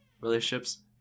relationships